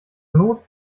not